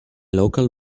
local